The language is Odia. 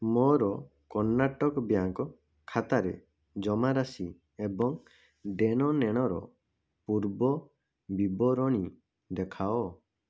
ମୋର କର୍ଣ୍ଣାଟକ ବ୍ୟାଙ୍କ୍ ଖାତାର ଜମାରାଶି ଏବଂ ଦେଣନେଣର ପୂର୍ବ ବିବରଣୀ ଦେଖାଅ